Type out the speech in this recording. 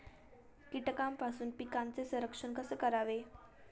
कीटकांपासून पिकांचे संरक्षण कसे करावे?